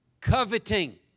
Coveting